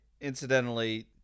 Incidentally